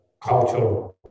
cultural